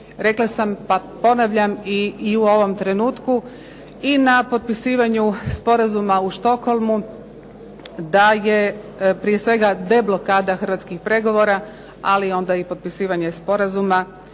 Rekla sam, pa ponavljam i u ovom trenutku i na potpisivanju sporazuma u Stockholmu da je prije svega deblokada hrvatskih pregovora, ali onda i potpisivanje sporazuma